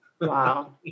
Wow